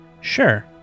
Sure